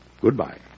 Goodbye